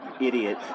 Idiot